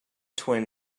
twin